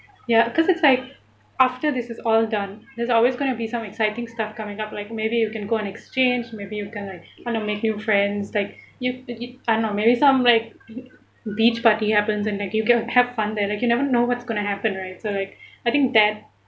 ya cause it's like after this is all done there's always going to be some exciting stuff coming up like maybe you can go on exchange maybe you kind of like kind of new friends like you you you I know maybe some like beach party happens and then you go have fun there like you never know what's going to happen right so like I think that